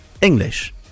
English